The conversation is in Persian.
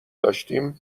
داشتیم